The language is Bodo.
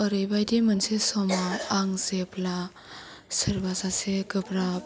ओरैबादि मोनसे सामव आं जेब्ला सोरबा सासे गोब्राब